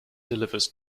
delivers